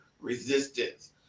resistance